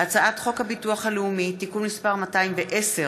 הצעת חוק הביטוח הלאומי (תיקון מס' 210),